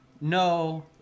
No